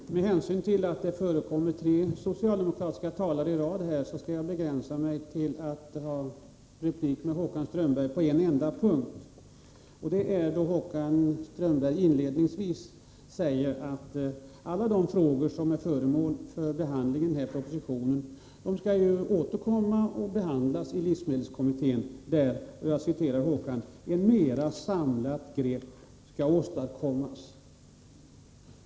Fru talman! Med hänvisning till att det förekommer tre socialdemokratiska talare i rad skall jag begränsa mig till att replikera Håkan Strömberg på en enda punkt. Han sade inledningsvis att alla de frågor som är föremål för behandling i denna proposition skall återkomma och behandlas av livsmedelskommittén, där ”ett mera samlat grepp skall åstadkommas”.